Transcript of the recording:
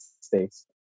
States